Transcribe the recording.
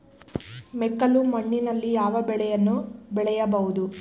ಮೆಕ್ಕಲು ಮಣ್ಣಿನಲ್ಲಿ ಯಾವ ಬೆಳೆಯನ್ನು ಬೆಳೆಯಬಹುದು?